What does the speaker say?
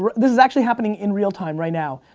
this is actually happening in real time, right now,